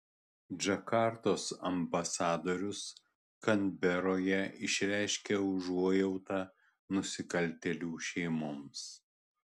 džakartos ambasadorius kanberoje išreiškė užuojautą nusikaltėlių šeimoms